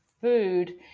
food